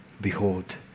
Behold